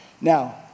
Now